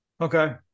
Okay